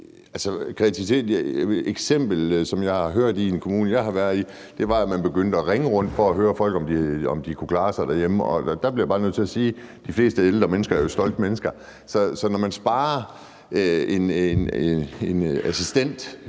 kreativiteten er et eksempel, som jeg har hørt i en kommune, jeg har været i, at man begyndte at ringe rundt for at høre, om folk kunne klare sig derhjemme. Der bliver jeg bare nødt til at sige, at de fleste ældre mennesker jo er stolte mennesker, så når man sparer, at en assistent